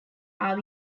are